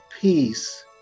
peace